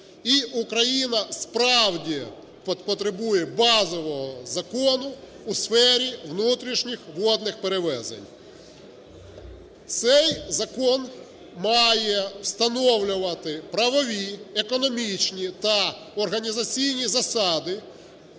І Україна, справді, потребує базового закону у сфері внутрішніх водних перевезень. Цей закон має встановлювати правові, економічні та організаційні засади